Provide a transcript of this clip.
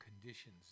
conditions